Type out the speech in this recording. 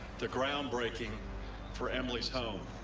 the ground breaking for emily's home.